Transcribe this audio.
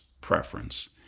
preference